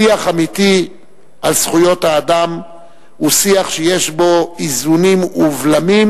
שיח אמיתי על זכויות האדם הוא שיח שיש בו איזונים ובלמים,